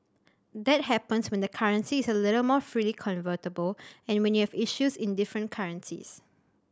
that happens when the currency is a little more freely convertible and when you have issues in different currencies